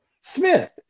Smith